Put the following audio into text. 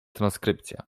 transkrypcja